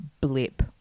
blip